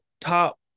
top